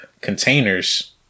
containers